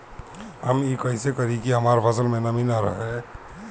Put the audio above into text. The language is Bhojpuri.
हम ई कइसे करी की हमार फसल में नमी ना रहे?